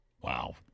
Wow